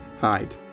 hide